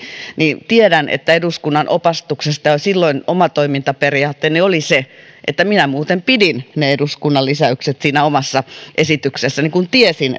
niin eduskunnan opastuksesta jo silloin oma toimintaperiaatteeni oli se että minä muuten pidin ne eduskunnan lisäykset siinä omassa esityksessäni kun tiesin